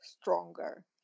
stronger